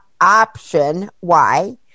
Option-Y